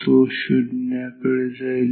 तो शुन्याकडे जाईल